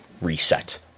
reset